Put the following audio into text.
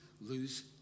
lose